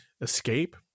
escape